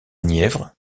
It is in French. nièvre